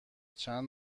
چند